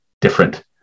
different